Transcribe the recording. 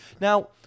now